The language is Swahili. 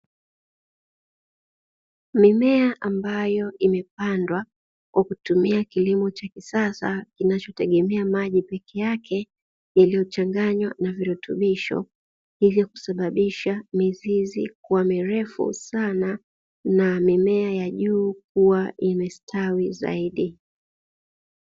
Mimea ambayo imepandwa kwakutumia kilimo cha kisasa kinacho tegemea maji pekeake yaliyo changanywa na virutubisho hivyo, kusababisha mizizi kuwa mirefu sana na mimea ya juu kuwa ime stawi zaidi.